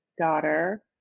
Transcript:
daughter